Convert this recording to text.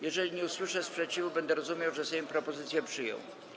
Jeżeli nie usłyszę sprzeciwu, będę rozumiał, że Sejm propozycje przyjął.